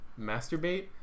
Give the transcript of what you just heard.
masturbate